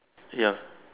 ya